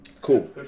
Cool